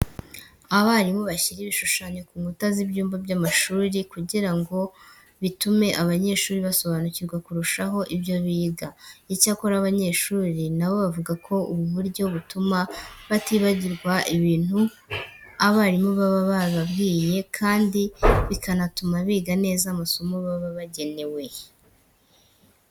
Abarimu bashyira ibishushanyo ku nkuta z'ibyumba by'amashuri kugira ngo bitume abanyeshuri basobanukirwa kurushaho ibyo biga. Icyakora abanyeshuri na bo bavuga ko ubu buryo butuma batibagirwa ibyo abarimu baba bababwiye kandi bikanatuma biga neza amasomo baba baragenewe.